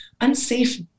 unsafe